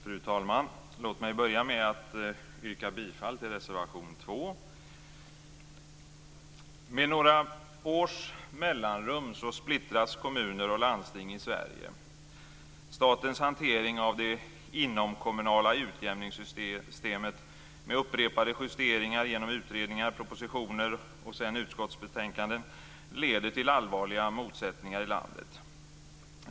Fru talman! Låt mig börja med att yrka bifall till reservation 2. Med några års mellanrum splittras kommuner och landsting i Sverige. Statens hantering av det inomkommunala utjämningssystemet med upprepade justeringar genom utredningar, propositioner och utskottsbetänkanden leder till allvarliga motsättningar i landet.